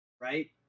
right